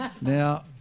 Now